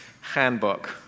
handbook